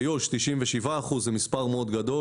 ביו"ש 97 אחוזים שזה מספר מאוד גדול.